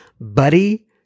Buddy